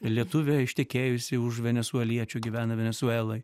lietuvė ištekėjusi už venesueliečio gyvena venesueloj